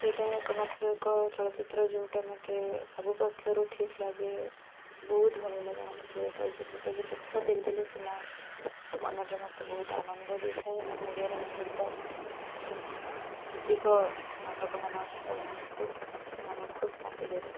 ସେଇଟା ହଁ ଏକମାତ୍ର ଏକ ଚଳଚ୍ଚିତ୍ର ଯେଉଁଟା ମୋତେ ସବୁ ପକ୍ଷରୁ ଠିକ୍ ଲାଗେ ବହୁତ ଭଲ ଲାଗେ ମୋତେ ସେ ଚଳଚ୍ଚିତ୍ରଟି ଏବେ ଯେତେଥର ଦେଖି ଦେଲେ ସେ ମୋ ମନରେ ମୋତେ ବହୁତ ଆନନ୍ଦ ଦେଇଥାଏ ଏବଂ ଓଡ଼ିଆରେ ମିହିରି ଦାସଙ୍କର ଯେତିକି ନାଟକମାନ ଅଛି ସବୁ ମୋତେ ଖୁବ ମନ ଖୁବ ଶାନ୍ତି ଦେଇଥାଏ